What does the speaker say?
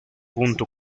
punto